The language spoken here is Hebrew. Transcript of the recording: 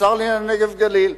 השר לענייני הנגב והגליל,